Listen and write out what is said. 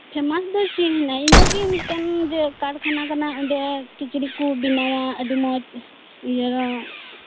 famous ᱫᱚ ᱪᱮᱫ ᱤᱧ ᱢᱮᱱᱟ ᱡᱮ ᱠᱟᱨᱠᱷᱟᱱᱟ ᱠᱟᱱᱟ ᱚᱸᱰᱮ ᱠᱤᱪᱨᱤᱡᱽ ᱠᱚ ᱵᱮᱱᱟᱣᱟ ᱟᱹᱰᱤ ᱢᱚᱸᱡᱽ ᱤᱭᱟᱹ